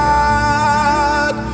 God